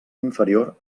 inferior